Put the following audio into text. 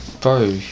Bro